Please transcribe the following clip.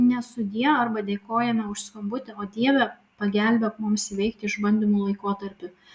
ne sudie arba dėkojame už skambutį o dieve pagelbėk mums įveikti išbandymų laikotarpį